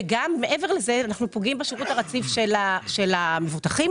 דבר שפוגע בשירות הרציף של המבוטחים.